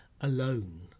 alone